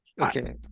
okay